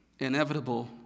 inevitable